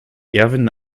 erwin